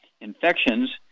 Infections